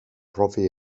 profi